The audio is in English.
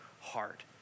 heart